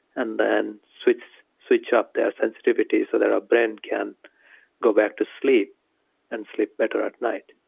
and then switch switch up their sensitivity so that our brain can go back to sleep and sleep better at night.